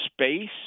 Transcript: space